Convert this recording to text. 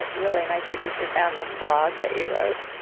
ah lily, my producer, found this blog that you wrote.